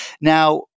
Now